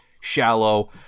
shallow